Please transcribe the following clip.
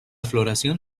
floración